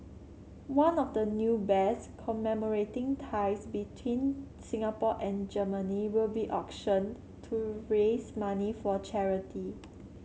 one of the new bears commemorating ties between Singapore and Germany will be auctioned to raise money for charity